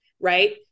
Right